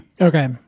Okay